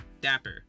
Dapper